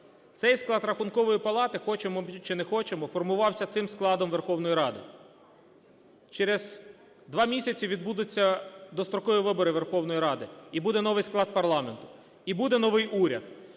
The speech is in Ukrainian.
Цей склад Рахункової палати, хочемо чи не хочемо, формувався цим складом Верховної Ради. Через 2 місяці відбудуться дострокові вибори Верховної Ради і буде новий склад парламенту, і буде новий уряд.